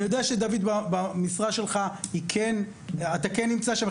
דויד, אני יודע שבמשרה שלך אתה נמצא שם.